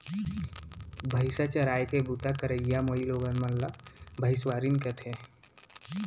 भईंसा चराय के बूता करइया माइलोगन ला भइंसवारिन कथें